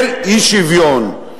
של אי-שוויון.